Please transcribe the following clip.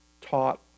taught